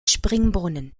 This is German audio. springbrunnen